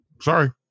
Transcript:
Sorry